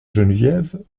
geneviève